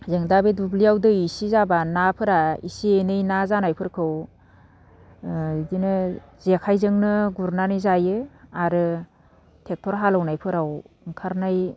जों दा बे दुब्लियाव दै इसे जाबा नाफोरा इसे एनै ना जानायफोरखौ बिदिनो जेखाइजोंनो गुरनानै जायो आरो टेक्ट'र हालेवनायफोराव ओंखारनाय